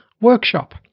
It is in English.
workshop